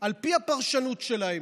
על פי הפרשנות שלהם,